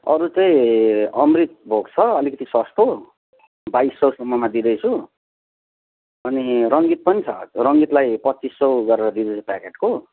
अरू चाहिँ अमृतभोग छ अलिकति सस्तो बाइस सौसम्ममा दिँदैछु अनि रङ्गीत पनि छ रङ्गीतलाई पच्चिस सौ गरेर दिँदैछु प्याकेटको